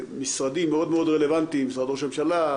משרדים מאוד רלבנטיים משרד ראש הממשלה,